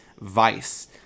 Vice